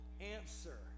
answer